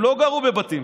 הם לא גרו בבתים,